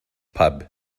pub